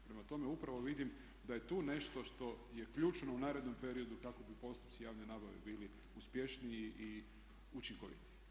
Prema tome, upravo vidim da je tu nešto što je ključno u narednom periodu kako bi postupci javne nabave bili uspješniji i učinkovitiji.